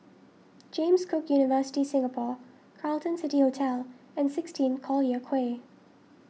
James Cook University Singapore Carlton City Hotel and sixteen Collyer Quay